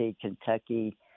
Kentucky